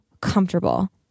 comfortable